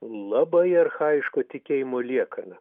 labai archajiško tikėjimo liekana